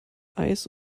eis